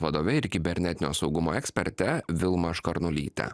vadove ir kibernetinio saugumo eksperte vilma škarnulyte